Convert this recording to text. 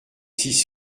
six